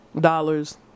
dollars